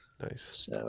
Nice